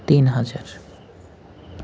তিন হাজার